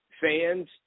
fans